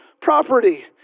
property